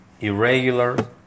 irregular